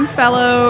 fellow